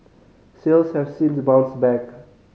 sales have since bounced back